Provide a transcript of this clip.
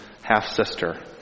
half-sister